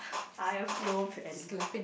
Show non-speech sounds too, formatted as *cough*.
*breath* I have no value